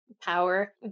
power